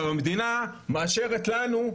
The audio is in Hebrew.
המדינה מאשרת לנו,